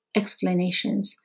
explanations